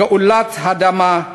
גאולת האדמה,